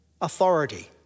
authority